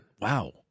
wow